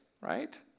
right